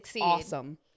awesome